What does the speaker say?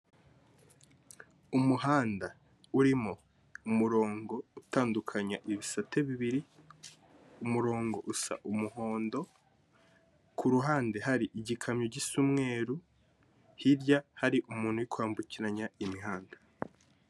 Umuhanda urimo umurongo utandukanya ibisate bibiri, umurongo usa umuhondo, kuruhande hari igikamyo gisa umweru, hirya hari umuntu uri kwambukiranya imihanda.